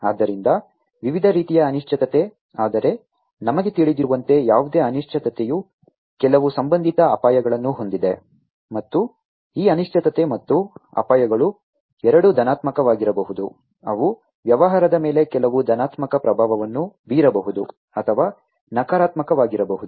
ಆದ್ದರಿಂದ ವಿವಿಧ ರೀತಿಯ ಅನಿಶ್ಚಿತತೆ ಆದರೆ ನಮಗೆ ತಿಳಿದಿರುವಂತೆ ಯಾವುದೇ ಅನಿಶ್ಚಿತತೆಯು ಕೆಲವು ಸಂಬಂಧಿತ ಅಪಾಯಗಳನ್ನು ಹೊಂದಿದೆ ಮತ್ತು ಈ ಅನಿಶ್ಚಿತತೆ ಮತ್ತು ಅಪಾಯಗಳು ಎರಡೂ ಧನಾತ್ಮಕವಾಗಿರಬಹುದು ಅವು ವ್ಯವಹಾರದ ಮೇಲೆ ಕೆಲವು ಧನಾತ್ಮಕ ಪ್ರಭಾವವನ್ನು ಬೀರಬಹುದು ಅಥವಾ ನಕಾರಾತ್ಮಕವಾಗಿರಬಹುದು